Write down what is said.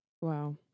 Wow